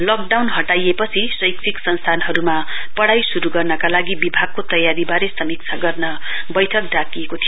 lockdown हटाइएपछि शैक्षिक संस्थानहरूमा पढ़ाई शरू गर्नका लागि विभागको तयारी समीक्षा गर्न बैठक डाकिएको थियो